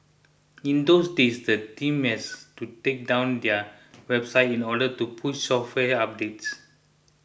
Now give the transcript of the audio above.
in those days the team has to take down their website in order to push software updates